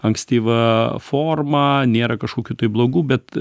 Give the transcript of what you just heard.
ankstyva forma nėra kažkokių tai blogų bet